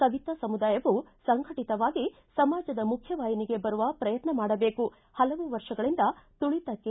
ಸವಿತ ಸಮುದಾಯವು ಸಂಘಟತರಾಗಿ ಸಮಾಜದ ಮುಖ್ಯವಾಹಿನಿಗೆ ಬರುವ ಪ್ರಯತ್ನ ಮಾಡಬೇಕು ಹಲವು ವರ್ಷಗಳಿಂದ ತುಳಿತಕ್ಕೆ